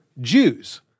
Jews